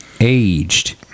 aged